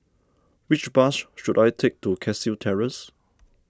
which bus should I take to Cashew Terrace